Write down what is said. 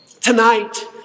tonight